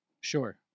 Sure